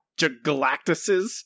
galactuses